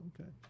Okay